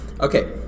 okay